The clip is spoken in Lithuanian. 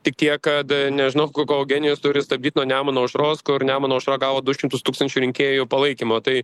tik tiek kad nežinau ko ko eugenijus turi stabdyt nuo nemuno aušros kur nemuno aušra gavo du šimtus tūkstančių rinkėjų palaikymo tai